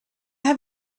have